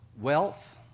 Wealth